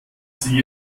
sie